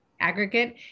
aggregate